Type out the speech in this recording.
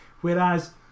Whereas